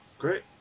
Great